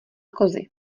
kozy